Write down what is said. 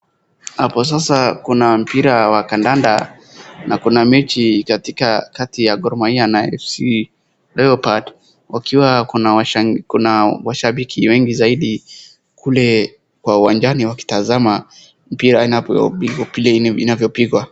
Hapo sasa kuna mpira wa kandanda na kuna mechi katika kati ya GOAL MAHIA na AFC LEOPARDS wakiwa kuna washabiki wengi zaidi kule kwa uwanjani wakitazama mpira inavyopigwa.